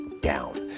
down